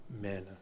men